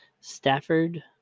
Stafford